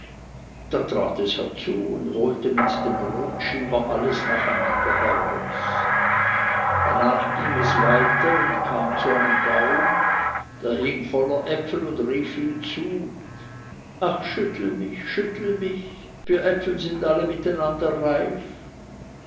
herzu und holte mit dem brotschieber alles nacheinander heraus danach ging es weiter und kam zu einem baum der hing voll äpfel und rief ihm zu ach schüttel mich schüttel mich wir äpfel sind alle miteinander reif